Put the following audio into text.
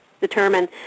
determine